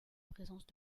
présence